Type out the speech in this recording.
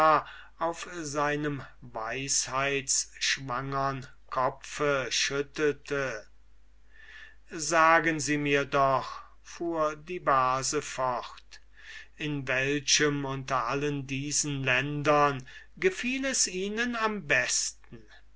auf seinem weisheitschwangern kopfe schüttelte sagen sie mir doch in welchem unter allen diesen ländern es ihnen am besten